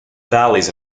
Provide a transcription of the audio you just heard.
valleys